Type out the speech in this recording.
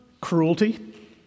cruelty